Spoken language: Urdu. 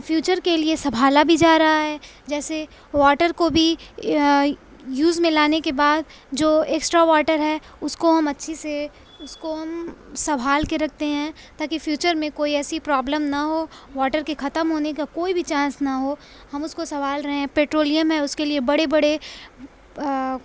فیوچر کے لیے سنبھالا بھی جا رہا ہے جیسے واٹر کو بھی یوز میں لانے کے بعد جو ایکسٹرا واٹر ہے اس کو ہم اچھے سے اس کو ہم سنبھال کے رکھتے ہیں تاکہ فیوچر میں کوئی ایسی پرابلم نہ ہو واٹر کے ختم ہونے کا کوئی بھی چانس نہ ہو ہم اس کو سنبھال رہے ہیں پٹرولیم ہے اس کے لیے بڑے بڑے